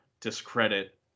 discredit